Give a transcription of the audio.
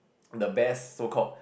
the best so called